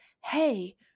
hey